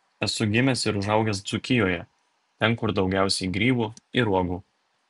esu gimęs ir užaugęs dzūkijoje ten kur daugiausiai grybų ir uogų